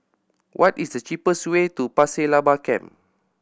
what is the cheapest way to Pasir Laba Camp